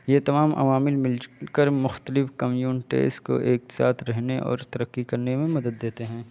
یہ تمام عوامل مل جل کر مختلف کمیونٹیز کو ایک ساتھ رہنے اور ترقی کرنے میں مدد دیتے ہیں